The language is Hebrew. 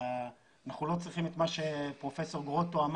אנחנו לא צריכים את מה שאמר פרופסור גרוטו כי